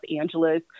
Angeles